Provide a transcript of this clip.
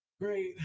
Great